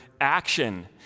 action